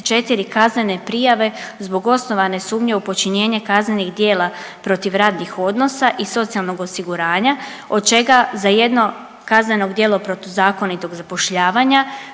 kaznene prijave zbog osnovane sumnje u počinjenje kaznenih djela protiv radnih odnosa i socijalnog osiguranja od čega za jedno kazneno djelo protuzakonitog zapošljavanja,